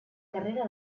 carrera